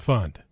Fund